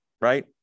right